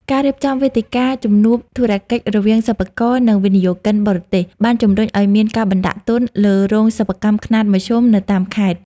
ការរៀបចំវេទិកាជំនួបធុរកិច្ចរវាងសិប្បករ និងវិនិយោគិនបរទេស បានជំរុញឱ្យមានការបណ្ដាក់ទុនលើរោងសិប្បកម្មខ្នាតមធ្យមនៅតាមខេត្ត។